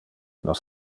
nos